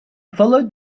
followed